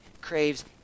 craves